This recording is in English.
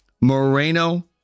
Moreno